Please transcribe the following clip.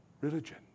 religion